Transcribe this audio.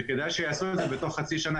וכדאי שיעשו את זה בתוך חצי שנה.